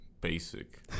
Basic